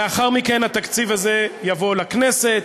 לאחר מכן התקציב הזה יבוא לכנסת,